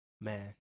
Man